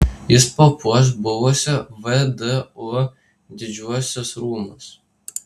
jis papuoš buvusio vdu didžiuosius rūmus